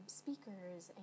speakers